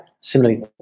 similarly